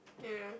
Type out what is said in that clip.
ya